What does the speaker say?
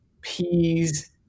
peas